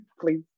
Please